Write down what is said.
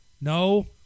No